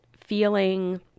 feeling